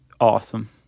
Awesome